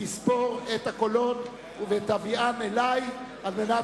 תספור את הקולות ותביא אלי את הרשימה,